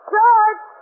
George